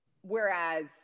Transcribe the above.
Whereas